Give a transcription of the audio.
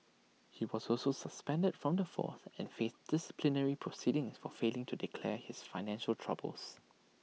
he was also suspended from the force and faced disciplinary proceedings for failing to declare his financial troubles